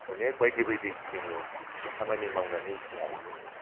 अनेग बायदि बायदि जोङो खामानि मावनानै जायो आरो